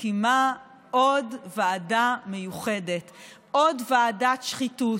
מקימה עוד ועדה מיוחדת, עוד ועדת שחיתות,